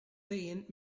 saying